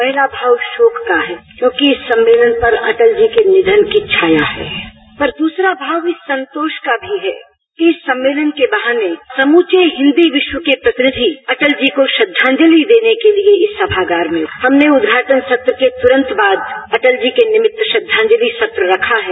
पहला भाव शोक का है क्योंकि इस सम्मेलन पर अटल जी के निधन की छाया है और दूसरी थाव इस संतोष का भी है कि इस सम्मेलन के बहाने समूचे हिंदी विश्व के प्रतिनिधि अटल जी को श्रद्दाजलि देने के लिए इस समगार में हमने उद्घाटन सत्र के तुरंत बाद अटल जी के निमित श्रद्दाजलि सत्र रखा है